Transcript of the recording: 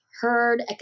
heard